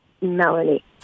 Melanie